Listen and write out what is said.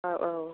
औ औ